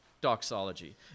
doxology